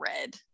red